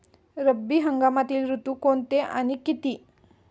रब्बी हंगामातील ऋतू कोणते आणि किती?